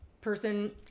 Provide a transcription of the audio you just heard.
person